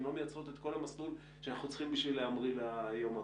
הן לא מייצרות את כל המסלול שאנחנו צריכים בשביל להמריא ליום הבא.